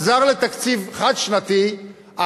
חזר לתקציב חד-שנתי,